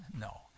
No